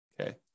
okay